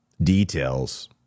details